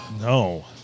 No